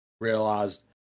realized